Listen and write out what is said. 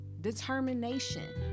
determination